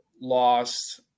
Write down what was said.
lost